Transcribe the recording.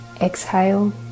Exhale